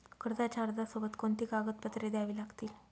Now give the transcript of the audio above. कर्जाच्या अर्जासोबत कोणती कागदपत्रे द्यावी लागतील?